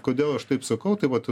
kodėl aš taip sakau tai vat